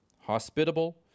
hospitable